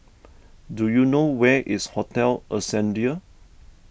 do you know where is Hotel Ascendere